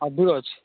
ଅଛି